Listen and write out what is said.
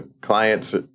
clients